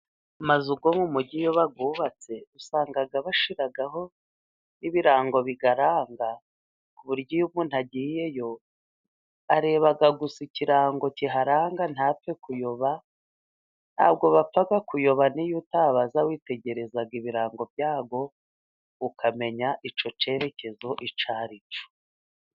Amazu yo mu mujyi iyo bayubatse usanga bashyiraho ibirango biyaranga, ku buryo iyo umuntu agiyeyo areba gusa ikirango kiharanga ntapfe kuyoba. Ntabwo bapfa kuyoba n'iyo utabaza witegereza ibirango byayo ukamenya icyo cyerekezo icyo ari cyo.